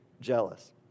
jealous